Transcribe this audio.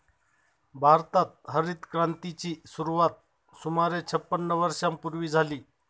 भारतात हरितक्रांतीची सुरुवात सुमारे छपन्न वर्षांपूर्वी झाली